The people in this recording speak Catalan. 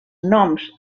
noms